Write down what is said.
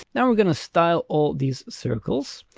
now we're going to style all these circles.